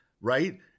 right